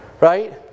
Right